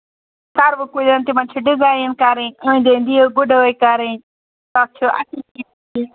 سروٕ کُلیٚن تِمن چھِ ڈِزایِن کرٕنۍ أنٛدۍ أنٛدۍ یہِ گُڈٲے کَرٕنۍ تَتھ چھِ اَصٕل چیٖز